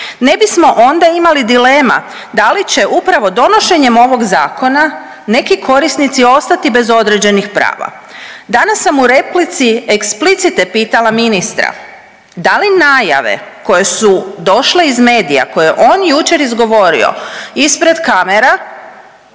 ne bismo onda imali dilema da li će upravo donošenjem ovog zakona neki korisnici ostati bez određenih prava. Danas sam u replici eksplicite pitala ministra, da li najave koje su došle iz medija, koje je on jučer izgovorio ispred kamera,